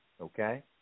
Okay